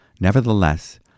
Nevertheless